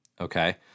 Okay